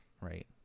right